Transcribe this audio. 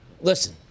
listen